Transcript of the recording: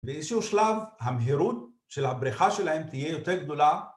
באיזשהו שלב המהירות של הבריכה שלהם תהיה יותר גדולה